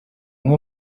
umwe